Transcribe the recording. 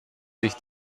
sich